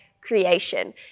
creation